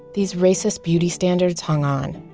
these racist beauty standards hung on.